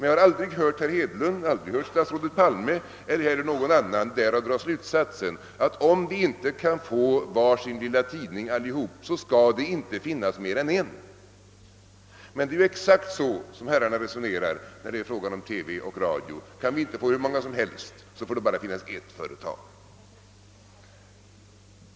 Jag har aldrig hört herr Hedlund eller statsrådet Palme eller någon annan därav dra den slutsatsen att om vi inte kan få ha var sin lilla tidning, så skall det inte finnas mer än en, men det är exakt så herrarna resonerar när det är fråga om radio och TV: Kan vi inte få hur många företag som helst får det bara finnas ett.